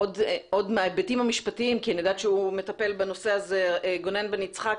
עוד מההיבטים המשפטיים, עורך הדין גונן בן יצחק.